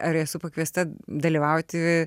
ar esu pakviesta dalyvauti